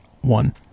one